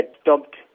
stopped